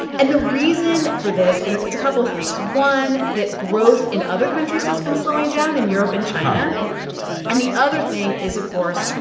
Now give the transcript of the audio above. and the reason for this is like it's a couple of things one, that growth in other countries has been slowing down in europe and china and the other thing is, of course,